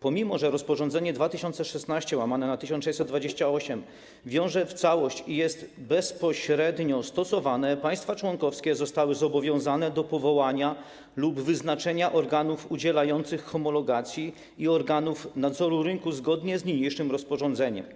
Pomimo że rozporządzenie 2016/1628 wiąże w całości i jest bezpośrednio stosowane, państwa członkowskie zostały zobowiązane do powołania lub wyznaczenia organów udzielających homologacji i organów nadzoru rynku zgodnie z niniejszym rozporządzeniem,